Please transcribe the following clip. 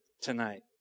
tonight